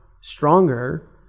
stronger